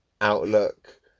Outlook